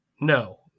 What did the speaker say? No